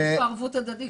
יש פה ערבות הדדית.